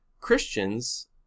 Christians